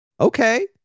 Okay